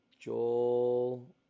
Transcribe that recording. Joel